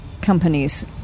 companies